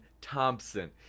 Thompson